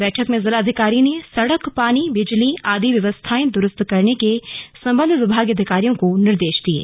बैठक में जिलाधिकारी ने सड़क पानी बिजली आदि व्यवस्थाएं दुरुस्त करने के लिए संबंधित विभागीय अधिकारियों को निर्देश दिये